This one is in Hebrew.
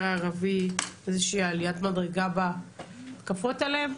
הערבי איזה שהיא עליית מדרגה בהתקפות עליהם,